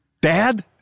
Dad